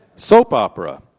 soap opera,